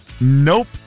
Nope